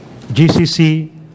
GCC